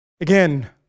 Again